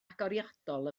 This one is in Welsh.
agoriadol